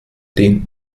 den